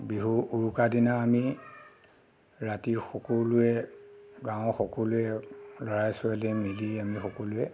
বিহুৰ উৰুকা দিনা আমি ৰাতি সকলোৱে গাঁৱৰ সকলোৱে ল'ৰায়ে ছোৱালীয়ে মিলি আমি সকলোৱে